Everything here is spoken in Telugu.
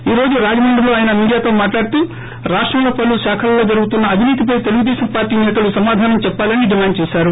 ఈ రోజు రాజముండ్రి లోఆయన మీడియాతో మాట్లాడుతూ రాష్టంలో పలు శాకలలో జరుగుతున్న అవినీతిపై తెలుగుదేశం పార్టీ సేతలు సమాధానం చెప్పాలని డిమాండ్ చేశారు